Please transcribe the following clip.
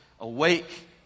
Awake